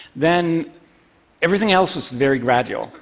then everything else was very gradual.